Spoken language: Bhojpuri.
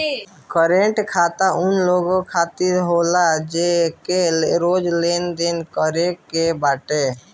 करंट खाता उ लोगन खातिर होला जेके रोज लेनदेन करे के बाटे